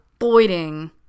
avoiding